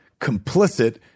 complicit